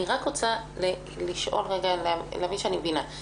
אני רוצה לראות שאני מבינה.